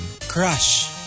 crush